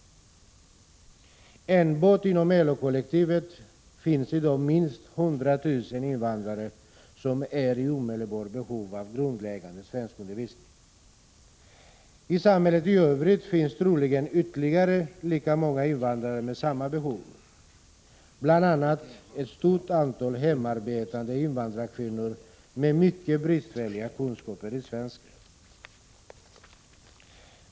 Enbart inom LO-kollektivet finns i dag minst 100 000 invandrare som är i omedelbart behov av grundläggande svenskundervisning. I samhället i övrigt finns troligen ytterligare lika många invandrare med samma behov, bl.a. ett stort antal hemarbetande invandrarkvinnor med mycket bristfälliga kunskaper i svenska.